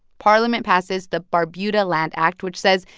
parliament passes the barbuda land act, which says,